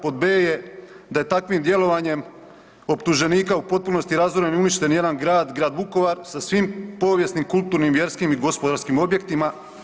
Pod B je da je takvim djelovanjem optuženika u potpunosti razoren i uništen jedan grad, grad Vukovar sa svim povijesnim, kulturnim, vjerskim i gospodarskim objektima.